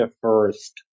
first